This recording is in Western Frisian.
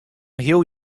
heel